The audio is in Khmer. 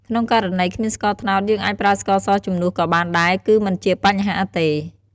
ក្នុងករណីគ្មានស្ករត្នោត យើងអាចប្រើស្ករសជំនួសក៏បានដែរ គឺមិនជាបញ្ហាទេ។